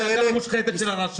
לתושבים או להנהגה המושחתת של הרש"פ?